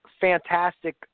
fantastic